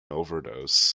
overdose